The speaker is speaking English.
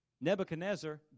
Nebuchadnezzar